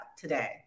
today